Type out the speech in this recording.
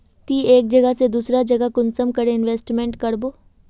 ती एक जगह से दूसरा जगह कुंसम करे इन्वेस्टमेंट करबो?